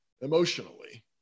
emotionally